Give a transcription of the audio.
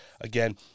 Again